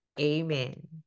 amen